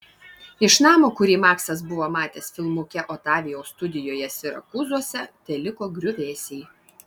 iš namo kurį maksas buvo matęs filmuke otavijaus studijoje sirakūzuose teliko griuvėsiai